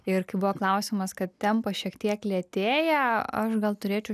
ir kai buvo klausimas kad tempas šiek tiek lėtėja aš gal turėčiau